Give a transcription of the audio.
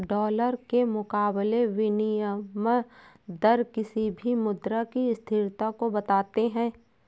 dollar के मुकाबले विनियम दर किसी भी मुद्रा की स्थिरता को बताते हैं